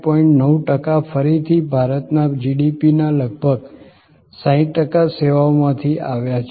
9 ટકા ફરીથી ભારતના જીડીપીના લગભગ 60 ટકા સેવાઓમાંથી આવ્યા છે